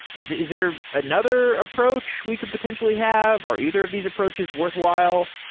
is is there another approach we could potentially have? are either of these approaches worthwhile?